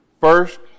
First